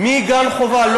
מגן חובה.